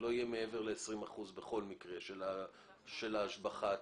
שלא יהיה מעבר ל-20% מההשבחה עצמה.